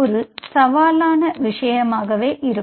ஒரு சவாலான விஷயமாக இருக்கும்